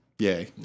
Yay